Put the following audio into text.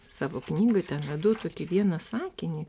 savo knygoj ten radau tokį vieną sakinį